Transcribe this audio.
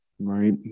right